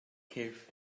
cyrff